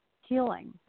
healing